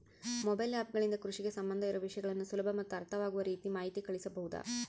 Mobile app ಗಳಿಂದ ಕೃಷಿಗೆ ಸಂಬಂಧ ಇರೊ ವಿಷಯಗಳನ್ನು ಸುಲಭ ಮತ್ತು ಅರ್ಥವಾಗುವ ರೇತಿ ಮಾಹಿತಿ ಕಳಿಸಬಹುದಾ?